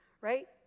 Right